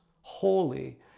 holy